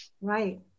Right